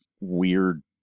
weird